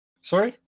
Sorry